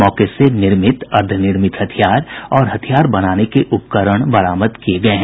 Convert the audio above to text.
मौके से निर्मित अर्धनिर्मित हथियार और हथियार बनाने के उपकरण बरामद किये गये हैं